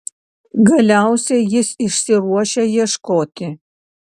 galiausiai jis išsiruošia ieškoti